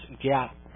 gap